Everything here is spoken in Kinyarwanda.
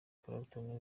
clapton